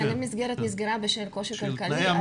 אם המסגרת נסגרה בשל קושי כלכלי.